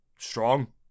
Strong